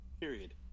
period